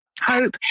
hope